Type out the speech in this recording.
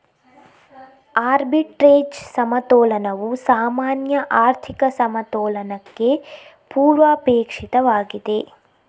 arbitrage ಸಮತೋಲನವು ಸಾಮಾನ್ಯ ಆರ್ಥಿಕ ಸಮತೋಲನಕ್ಕೆ ಪೂರ್ವಾಪೇಕ್ಷಿತವಾಗಿದೆ